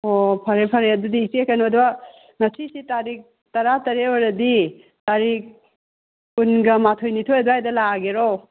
ꯑꯣ ꯐꯔꯦ ꯐꯔꯦ ꯑꯗꯨꯗꯤ ꯏꯆꯦ ꯀꯩꯅꯣꯗ ꯉꯁꯤꯁꯦ ꯇꯥꯔꯤꯛ ꯇꯔꯥ ꯇꯔꯦꯠ ꯑꯣꯏꯔꯗꯤ ꯇꯥꯔꯤꯛ ꯀꯨꯟꯒ ꯃꯥꯊꯣꯏ ꯅꯤꯊꯣꯏ ꯑꯗꯥꯏꯗ ꯂꯥꯛꯑꯒꯦꯔꯣ